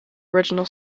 original